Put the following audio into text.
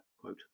quote